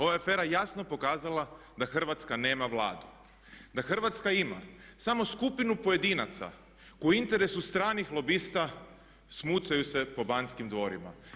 Ova je afera jasno pokazala da Hrvatska nema Vladu, da Hrvatska ima samo skupinu pojedinaca koji u interesu stranih lobista smucaju se po banskim dvorima.